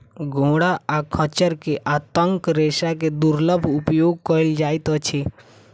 घोड़ा आ खच्चर के आंतक रेशा के दुर्लभ उपयोग कयल जाइत अछि